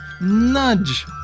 nudge